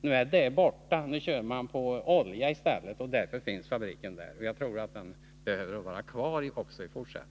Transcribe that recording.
Nu kör man på olja i stället, men fabriken finns där, och jag tror att den behöver vara kvar också i framtiden.